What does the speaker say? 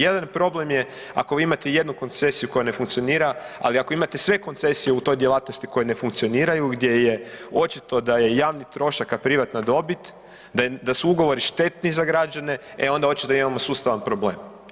Jedan problem je ako vi imate jednu koncesiju koja ne funkcionira, ali ako imate sve koncesije u toj djelatnosti koje ne funkcioniraju gdje je očito da je javni trošak kao privatna dobit, da je, da su ugovori štetni za građane, e onda je očito da imamo sustavan problem.